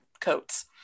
coats